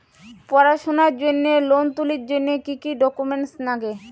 পড়াশুনার জন্যে লোন তুলির জন্যে কি কি ডকুমেন্টস নাগে?